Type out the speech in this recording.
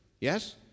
yes